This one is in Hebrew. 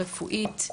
רפואית,